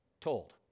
told